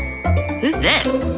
who's this?